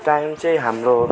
time चाहिँ हाम्रो